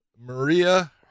Maria